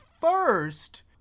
first